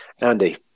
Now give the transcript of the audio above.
Andy